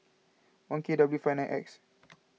one K W five nine X